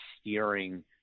steering